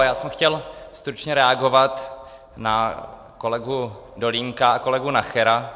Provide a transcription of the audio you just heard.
Já jsem chtěl stručně reagovat na kolegu Dolínka a kolegu Nachera.